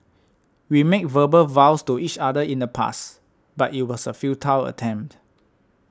we made verbal vows to each other in the past but it was a futile attempt